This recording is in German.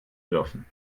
dürfen